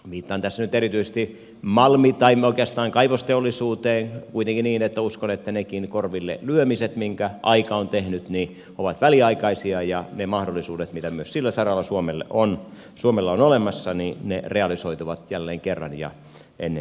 viittaan tässä nyt erityisesti malmi tai oikeastaan kaivosteollisuuteen kuitenkin niin että uskon että nekin korvillelyömiset mitkä aika on tehnyt ovat väliaikaisia ja ne mahdollisuudet mitä myös sillä saralla suomella on olemassa realisoituvat jälleen kerran ja ennen pitkää